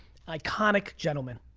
iconic gentleman.